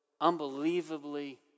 unbelievably